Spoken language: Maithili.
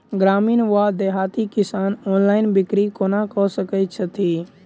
ग्रामीण वा देहाती किसान ऑनलाइन बिक्री कोना कऽ सकै छैथि?